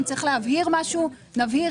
אם צריך להבהיר משהו, נבהיר.